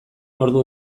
ordu